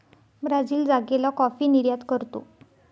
Brazil जागेला coffee निर्यात करतो